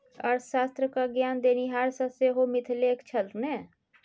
अर्थशास्त्र क ज्ञान देनिहार तँ सेहो मिथिलेक छल ने